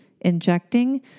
injecting